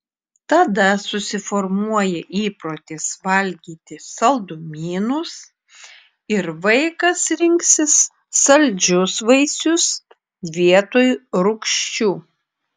tada susiformuoja įprotis valgyti saldumynus ir vaikas rinksis saldžius vaisius vietoj rūgščių